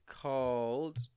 called